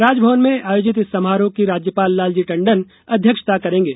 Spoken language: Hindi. राजभवन में आयोजित इस समारोह की राज्यपाल लालजी टंडन अध्यक्षता करेंगे